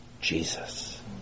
Jesus